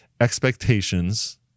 expectations